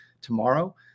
tomorrow